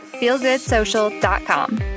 feelgoodsocial.com